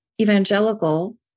evangelical